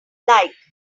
like